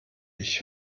ich